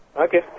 Okay